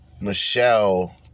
Michelle